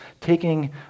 taking